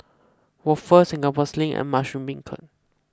Waffle Singapore Sling and Mushroom Beancurd